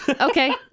Okay